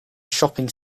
shopping